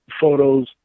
photos